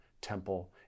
temple